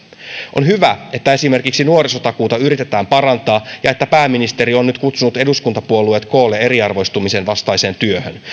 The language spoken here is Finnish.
on hyvä että esimerkiksi nuorisotakuuta yritetään parantaa ja että pääministeri on nyt kutsunut eduskuntapuolueet koolle eriarvoistumisen vastaiseen työhön